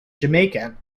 jamaican